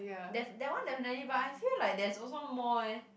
def~ that one definitely but I feel like there's also more eh